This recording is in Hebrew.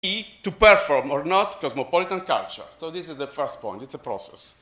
לבצע או לא, תרבות קוסמופוליטית. זו הנקודה הראשונה, זה תהליך.